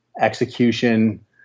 execution